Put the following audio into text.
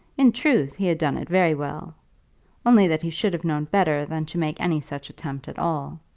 in truth he had done it very well only that he should have known better than to make any such attempt at all.